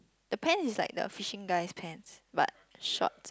the pant is like the fishing guys pants but short